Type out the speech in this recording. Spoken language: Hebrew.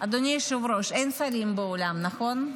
אדוני היושב-ראש, אין שרים באולם, נכון?